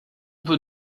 peut